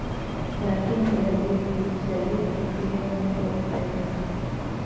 chitin औद्योगिक रूप से अनेक प्रक्रिया में उपयोग कइल जाय हइ